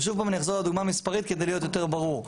ושוב אני אחזור לדוגמה המספרית כדי להיות יותר ברור.